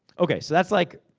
okay, so that's like,